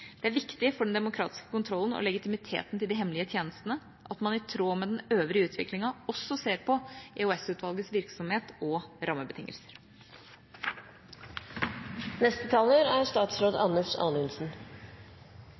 Det er viktig for den demokratiske kontrollen og legitimiteten til de hemmelige tjenestene at man i tråd med den øvrige utviklinga også ser på EOS-utvalgets virksomhet og rammebetingelser.